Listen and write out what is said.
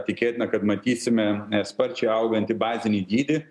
tikėtina kad matysime sparčiai augantį bazinį dydį